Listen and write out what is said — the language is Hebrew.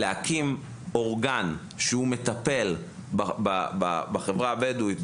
להקים אורגן שמטפל בחברה הבדואית,